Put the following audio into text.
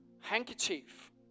handkerchief